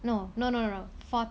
no no no no four